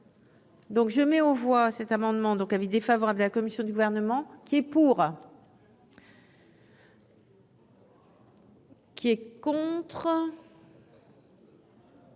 Donc je mets aux voix cet amendement, donc avis défavorable de la commission du gouvernement qui est pour. Qui est contre.